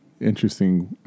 interesting